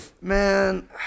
Man